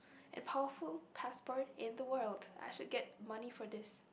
and powerful passport in the world I should get money for this